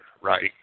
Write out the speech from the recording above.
right